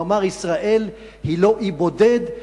הוא אמר: ישראל היא לא אי בודד,